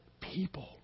people